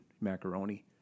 macaroni